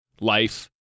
life